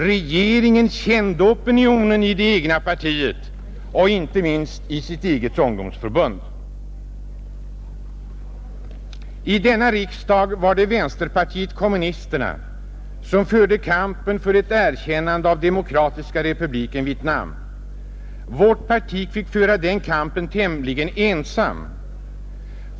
Regeringen kände opinionen i det egna partiet och inte minst i sitt eget ungdomsförbund. I riksdagen var det vänsterpartiet kommunisterna som förde kampen för ett erkännande av Demokratiska republiken Vietnam. Vårt parti fick föra den kampen tämligen ensamt.